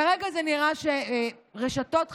כרגע זה נראה שרשתות חברתיות,